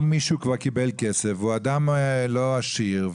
אם מישהו כבר קיבל כסף והוא אדם לא עשיר,